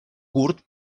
curt